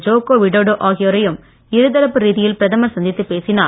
Joko Widodo ஆகியோரையும் இருதரப்பு ரீதியில் பிரதமர் சந்தித்து பேசினார்